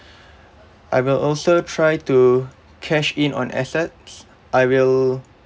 I will also try to cash in on assets I will